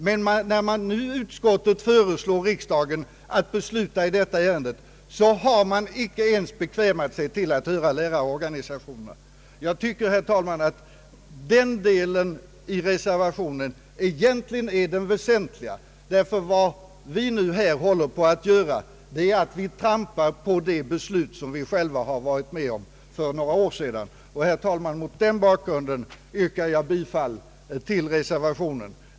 Men när nu utskottet föreslår riksdagen att besluta i detta ärende har man inte ens bekvämat sig till att höra lärarorganisationerna. Jag tycker, herr talman, att den delen i reservationen, där man påpekar detta, egentligen är den väsentliga, ty vad vi nu här håller på att göra är att trampa på det beslut som vi själva varit med om för några år sedan. Herr talman! Mot den bakgrunden yrkar jag bifall till reservationen.